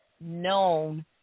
known